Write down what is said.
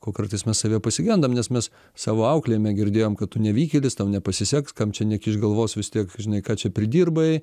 o kartais mes savyje pasigendam nes mes savo auklėjime girdėjom kad tu nevykėlis tau nepasiseks kam čia nekiš galvos vis tiek žinai ką čia pridirbai